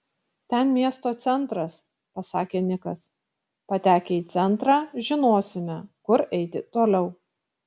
ten miesto centras pasakė nikas patekę į centrą žinosime kur eiti toliau